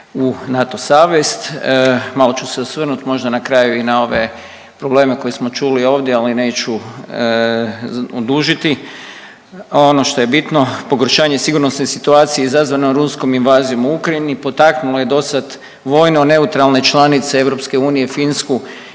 u NATO savez. Malo ću se osvrnut možda na kraju i na ove probleme koje smo čuli ovdje ali neću odužiti. Ono što je bitno, pogoršanje sigurnosne situacije izazvano ruskom invazijom u Ukrajini potaknulo je dosad vojno neutralne članice EU Finsku